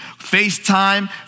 FaceTime